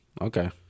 Okay